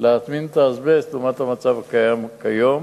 להטמין את האזבסט לעומת המצב הקיים כיום.